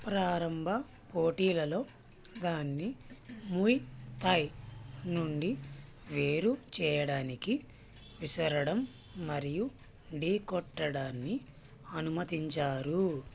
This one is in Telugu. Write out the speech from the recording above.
ప్రారంభ పోటీలలో దాన్ని ముయ్ థాయ్ నుండి వేరు చేయడానికి విసరడం మరియు ఢీ కొట్టడాన్ని అనుమతించారు